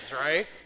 right